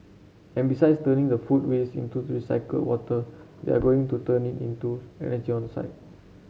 and besides turning the food waste into recycled water we are going to turn it into energy on site